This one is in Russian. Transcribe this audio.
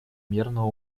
мирного